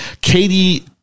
katie